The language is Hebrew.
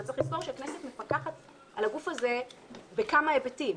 אבל צריך לזכור שהכנסת מפקחת על הגוף הזה בכמה היבטים.